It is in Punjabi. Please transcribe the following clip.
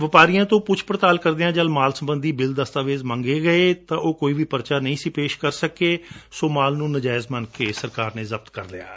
ਵਪਾਰੀਆਂ ਤੋਂ ਪੁੱਛ ਪੜਤਾਲ ਕਰਦਿਆਂ ਜਦ ਮਾਲ ਸਬੰਧੀ ਬਿੱਲ ਦਸਤਾਵੇਜ਼ ਮੰਗੇ ਗਏ ਤਾਂ ਉਹ ਕੋਈ ਵੀ ਪਰਚਾ ਨਹੀਂ ਪੇਸ਼ ਕਰ ਸਕੇ ਸੌ ਮਾਲ ਨੁੰ ਨਾਜਾਇਜ਼ ਮੰਨ ਕੇ ਜ਼ਬਤ ਕਰ ਲਿਆ ਗਿਆ